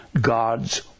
God's